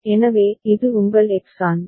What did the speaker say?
எனவே இது உங்கள் எக்ஸ் ஆன்